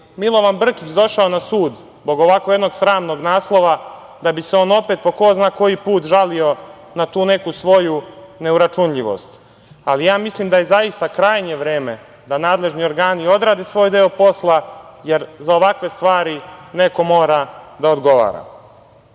Milovan Brkić došao na sud zbog ovako jednog sramnog naslova, da bi se on opet, po ko zna koji put žalio, na tu neku svoju neuračunljivost. Ja mislim da je zaista krajnje vreme da nadležni organi odrade svoj deo posla, jer za ovakve stvari neko mora da odgovara. Takođe,